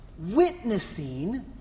witnessing